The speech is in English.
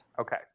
Okay